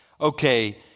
Okay